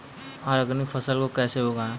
Organic फसल को कैसे उगाएँ?